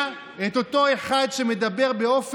הוא אמר את זה בערבית או